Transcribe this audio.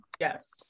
Yes